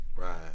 Right